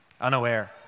unaware